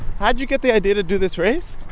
how'd you get the idea to do this race?